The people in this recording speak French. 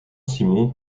simon